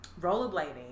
rollerblading